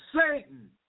Satan